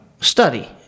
study